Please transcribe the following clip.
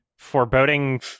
Foreboding